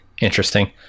interesting